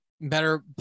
better